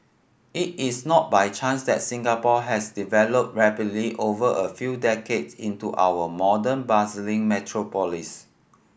it is not by chance that Singapore has developed rapidly over a few decades into our modern bustling metropolis